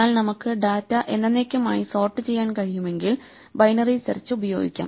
എന്നാൽ നമുക്ക് ഡാറ്റ എന്നെന്നേക്കുമായി സോർട്ട് ചെയ്യാൻ കഴിയുമെങ്കിൽ ബൈനറി സെർച്ച് ഉപയോഗിക്കാം